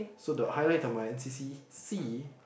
so the highlight of my N_C_C sea